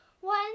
One